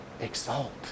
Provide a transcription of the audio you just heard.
Exalt